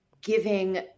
giving